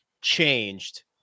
changed